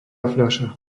fľaša